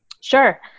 sure